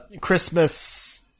Christmas